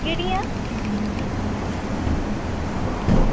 एह् कि'यां